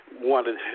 wanted